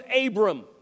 Abram